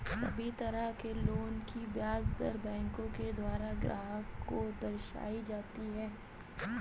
सभी तरह के लोन की ब्याज दर बैंकों के द्वारा ग्राहक को दर्शाई जाती हैं